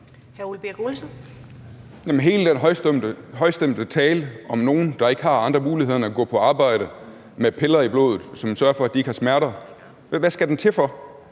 hele den højstemte tale om nogle, der ikke har andre muligheder end at gå på arbejde med piller i blodet, som sørger for, at de ikke har smerter, til for?